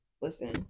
Listen